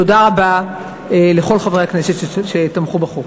תודה רבה לכל חברי הכנסת שתמכו בחוק.